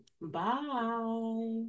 Bye